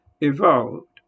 evolved